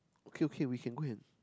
okay okay we can go and